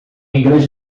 inglês